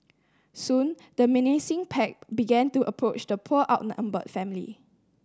soon the menacing pack began to approach the poor outnumbered family